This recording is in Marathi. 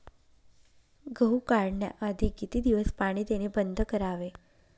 गहू काढण्याआधी किती दिवस पाणी देणे बंद करावे?